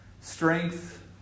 strength